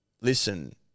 Listen